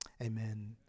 Amen